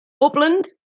upland